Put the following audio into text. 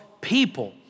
people